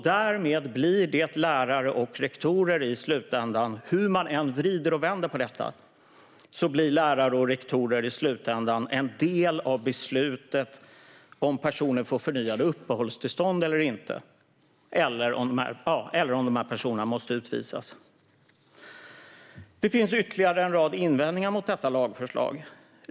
Därmed blir lärare och rektorer, hur man än vrider och vänder på det, i slutändan en del av beslutet om personer får förnyade uppehållstillstånd eller inte och om de måste utvisas. Det finns ytterligare en rad invändningar mot lagförslaget.